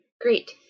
Great